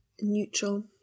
neutral